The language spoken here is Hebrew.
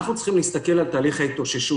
אנחנו צריכים להסתכל על תהליך ההתאוששות